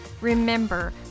Remember